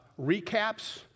recaps